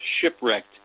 shipwrecked